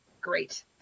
Great